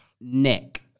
Nick